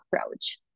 approach